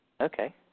Okay